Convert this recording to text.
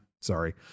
sorry